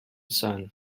sun